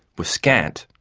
were scant.